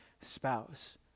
spouse